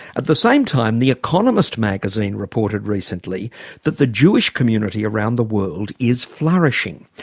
at the same time the economist magazine reported recently that the jewish community around the world is flourishing.